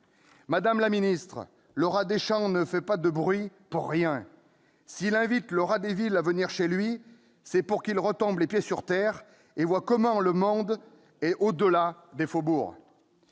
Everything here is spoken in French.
Madame la ministre, le rat des champs ne fait pas de bruit pour rien ! S'il invite le rat des villes à venir chez lui, c'est pour qu'il retombe les pieds sur terre et voit comment est le monde au-delà des faubourgs